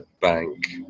bank